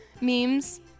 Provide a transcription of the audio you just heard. memes